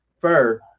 fur